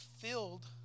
filled